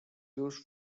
used